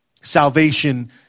Salvation